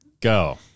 Go